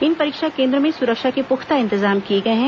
इन परीक्षा केन्द्रो में सुरक्षा के पुख्ता इंतजाम किए हैं